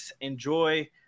enjoy